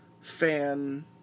fan